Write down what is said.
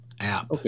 app